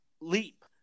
leap